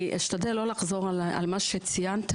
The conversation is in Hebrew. אני אשתדל לא לחזור על מה שציינת.